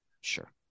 Sure